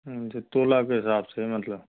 जी तोला के हिसाब से मतलब